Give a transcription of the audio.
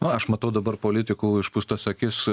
na aš matau dabar politikų išpūstas akis